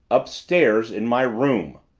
upstairs in my room.